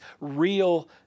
real